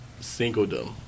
singledom